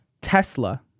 Tesla